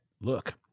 look